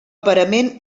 parament